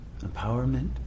empowerment